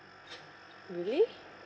really